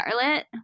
Charlotte